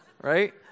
Right